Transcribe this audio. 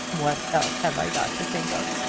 what else have i got to think of?